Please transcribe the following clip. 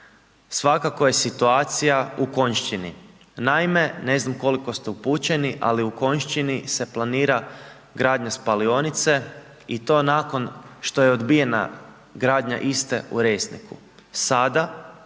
svakako je situacija u Konjšćini, naime ne znam koliko ste upućeni ali u Konjšćini se planira gradnja spalionice i to nakon što je odbijena gradnja iste u Resniku. Sada